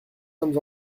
sommes